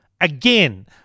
again